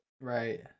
Right